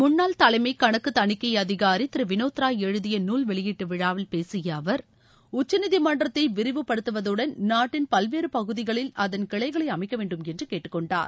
முன்னாள் தலைமைகணக்குதனிக்கைஅதிகாரிதிருவினோத் ராய் எழுதியநால் வெளியீட்டுவிழாவில் பேசிய அவர் உச்சநீதிமன்றத்தைவிரிவுபடுத்துவதுடன் பல்வேறுபகுதிகளில் நாட்டின் அதன் கிளைகளைஅமைக்கவேண்டும் என்றுகேட்டுக்கொண்டார்